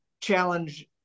challenge